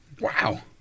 Wow